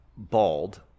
Bald